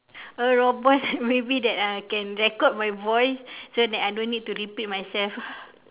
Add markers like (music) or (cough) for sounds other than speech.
a robot (laughs) maybe that uh can record my voice so that I no need to repeat myself (laughs)